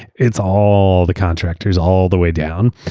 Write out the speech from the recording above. it's all the contractors all the way down.